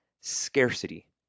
scarcity